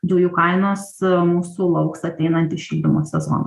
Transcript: dujų kainos mūsų lauks ateinantį šildymo sezoną